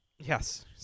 Yes